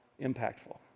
impactful